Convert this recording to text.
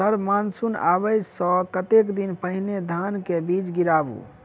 Sir monsoon आबै सऽ कतेक दिन पहिने धान केँ बीज गिराबू?